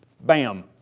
Bam